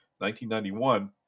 1991